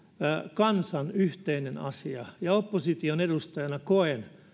kansan yhteinen asia ja opposition edustajana koen